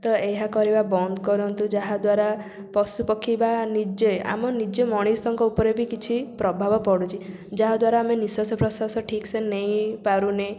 ତ ଏହା କରିବା ବନ୍ଦ କରନ୍ତୁ ଯାହାଦ୍ୱାରା ପଶୁ ପକ୍ଷୀ ବା ନିଜେ ଆମ ନିଜେ ମଣିଷଙ୍କ ଉପରେ ବି କିଛି ପ୍ରଭାବ ପଡୁଛି ଯାହାଦ୍ୱାରା ଆମେ ନିଶ୍ୱାସ ପ୍ରଶ୍ୱାସ ଠିକ୍ ସେ ନେଇ ପାରୁନେ